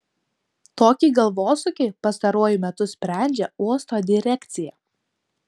tokį galvosūkį pastaruoju metu sprendžia uosto direkcija